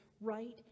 right